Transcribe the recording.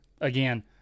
Again